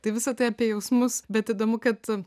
tai visa tai apie jausmus bet įdomu kad